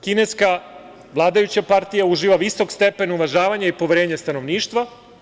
Kineska vladajuća partija uživa visok stepen uvažavanja i poverenja stanovništva.